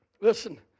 Listen